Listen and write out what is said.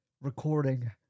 recording